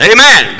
Amen